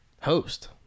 Host